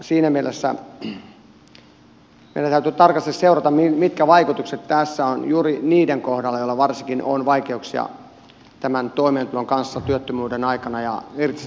siinä mielessä meidän täytyy tarkasti seurata mitkä vaikutukset tällä on varsinkin niiden kohdalla joilla on vaikeuksia tämän toimeentulon kanssa työttömyyden aikana ja irtisanomisten aikakautena